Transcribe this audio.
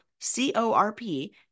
C-O-R-P